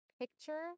Picture